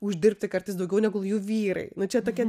uždirbti kartais daugiau negu jų vyrai nu čia tokia